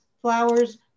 flowers